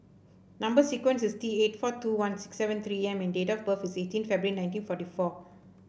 number sequence is T eight four two one six seven three M and date of birth is eighteen February nineteen forty four